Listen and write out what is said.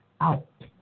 out